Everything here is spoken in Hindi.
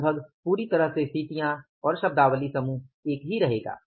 लगभग पूरी तरह से स्थितिया और शब्दावली समूह एक ही रहेगा